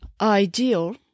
ideal